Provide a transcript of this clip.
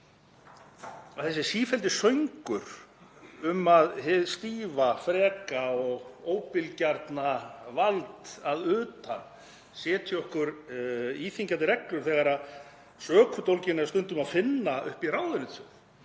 Þessi sífelldi söngur um að hið stífa, freka og óbilgjarna vald að utan setji okkur íþyngjandi reglur þegar sökudólginn er stundum að finna uppi í ráðuneytum